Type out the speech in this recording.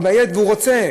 הילד רוצה,